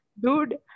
dude